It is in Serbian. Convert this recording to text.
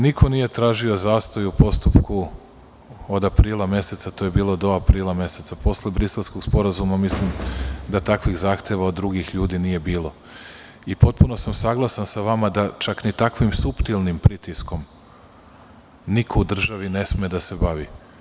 Niko nije tražio zastoj u postupku od aprila meseca, to je bilo do aprila meseca posle Briselskog Sporazuma, mislim da takvih zahteva od drugih ljudi nije bilo i potpuno sam saglasan sa vama da čak ni takvim suptilnim pritiskom niko u državi ne sme da se bavi.